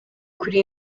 kuri